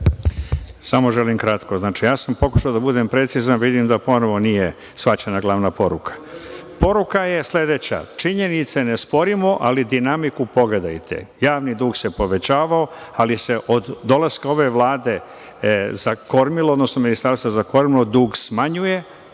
Samo želim kratko. Pokušao sam da budem precizan, ali vidim da ponovo nije shvaćena glavna poruka. Poruka je sledeća – činjenice ne sporimo, ali dinamiku pogledajte. Javni dug se povećavao, ali se od dolaska ove Vlade za kormilo, odnosno ministarstva za kormilo dug ove